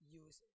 use